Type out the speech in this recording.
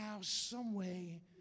someway